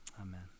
amen